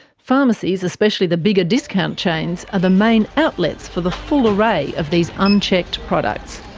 pharmacies, especially the bigger discount chains, are the main outlets for the full array of these unchecked products.